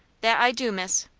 that i do, miss.